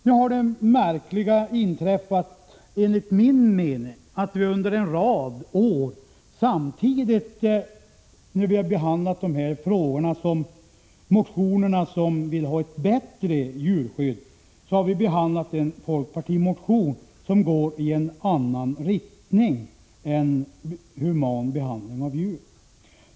Nu har det enligt min mening märkliga inträffat att vi under en rad år samtidigt med motioner som vill ha ett bättre djurskydd har behandlat en folkpartimotion som går i en annan riktning än human behandling av djur.